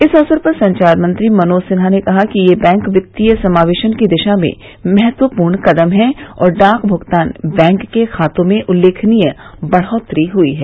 इस अवसर पर संचार मंत्री मनोज सिन्हा ने कहा कि ये बैंक वित्तीय समावेशन की दिशा में महत्वपूर्ण कदम हैं और डाक भुगतान बैंक के खातों में उल्लेखनीय बढ़ोतरी हुई है